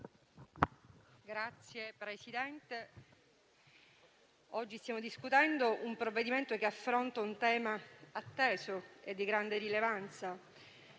Signor Presidente, oggi stiamo discutendo un provvedimento che affronto un tema atteso e di grande rilevanza: